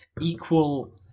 equal